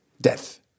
Death